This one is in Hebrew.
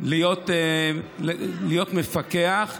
להיות מפקח.